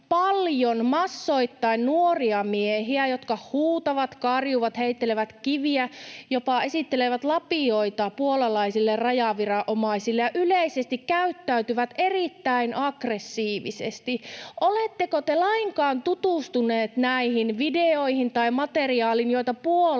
paljon, massoittain, nuoria miehiä, jotka huutavat, karjuvat, heittelevät kiviä, jopa esittelevät lapioita puolalaisille rajaviranomaisille ja yleisesti käyttäytyvät erittäin aggressiivisesti. Oletteko te lainkaan tutustuneet näihin videoihin tai materiaaliin, jota Puolan